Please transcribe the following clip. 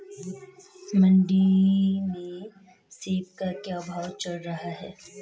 मंडी में सेब का क्या भाव चल रहा है?